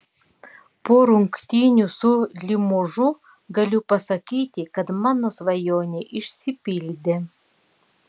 po rungtynių su limožu galiu pasakyti kad mano svajonė išsipildė